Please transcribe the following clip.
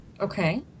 okay